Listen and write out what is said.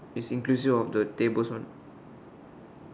facing towards you or the table